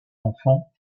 enfant